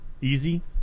easy